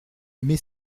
mais